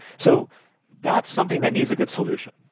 so that's something that needs a good solution.